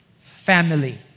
Family